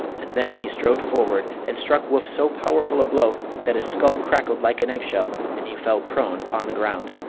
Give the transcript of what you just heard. and then he strode forward and struck woof so powerful a blow that his skull crackled like an egg-shell and he fell prone upon the ground.